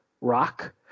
rock